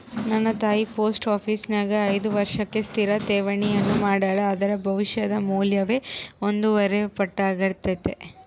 ನನ್ನ ತಾಯಿ ಪೋಸ್ಟ ಆಪೀಸಿನ್ಯಾಗ ಐದು ವರ್ಷಕ್ಕೆ ಸ್ಥಿರ ಠೇವಣಿಯನ್ನ ಮಾಡೆಳ, ಅದರ ಭವಿಷ್ಯದ ಮೌಲ್ಯವು ಒಂದೂವರೆ ಪಟ್ಟಾರ್ಗಿತತೆ